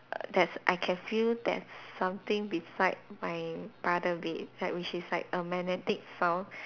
err I can feel there's something beside my brother bed like which is like a magnetic sound